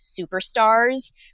Superstars